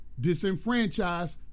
disenfranchised